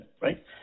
right